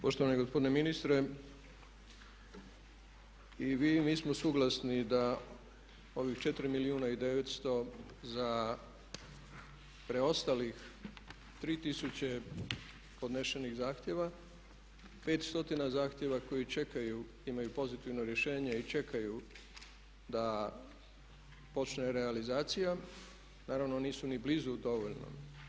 Poštovani gospodine ministre, i vi i mi smo suglasni da ovih 4 milijuna i 900 za preostalih 3000 podnesenih zahtjeva, 500 zahtjeva koji čekaju, imaju pozitivno rješenje i čekaju da počne realizacija naravno nisu ni blizu dovoljnog.